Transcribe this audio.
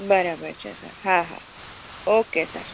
બરાબર છે સર હા હા ઓકે સર